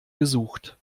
gesucht